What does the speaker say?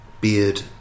Beard